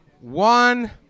one